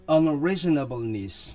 Unreasonableness